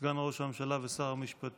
סגן ראש הממשלה ושר המשפטים,